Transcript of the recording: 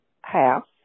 house